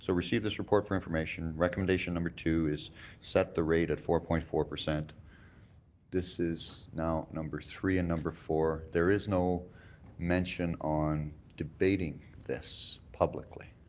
so receive this report for information, recommendation number two is set the rate at four point four. this this is now number three and number four, there is no mention on debating this publicly.